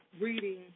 reading